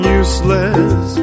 useless